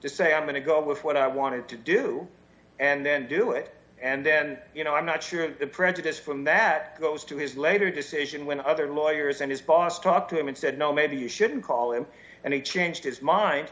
to say i'm going to go with what i wanted to do and then do it and then you know i'm not sure at the prejudice from that goes to his later decision when other lawyers and his boss talked to him and said no maybe you shouldn't call him and he changed his mind